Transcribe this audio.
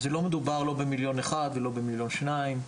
לא מדובר לא במיליון אחד ולא במיליון שניים,